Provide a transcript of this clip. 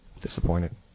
Disappointed